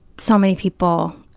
so many people